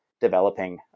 developing